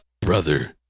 Brother